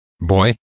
boy